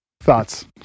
thoughts